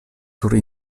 sur